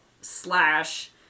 slash